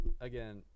again